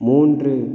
மூன்று